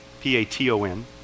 P-A-T-O-N